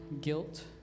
guilt